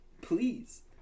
Please